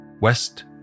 west